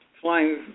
flying